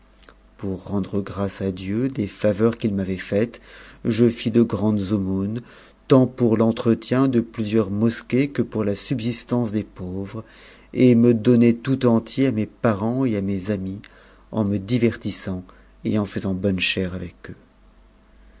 pour rendre grâce à dieu des faveurs qu'il m avait faites je fis de grandes aumônes tant pour l'entretien de plusieurs mosquées que pour la subsistance des pauvres et me donnai tout entier à mes parents et amis en me divertissant et en faisant bonne chère avec eux